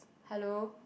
hello